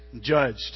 judged